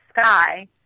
sky